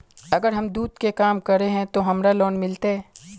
अगर हम दूध के काम करे है ते हमरा लोन मिलते?